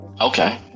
Okay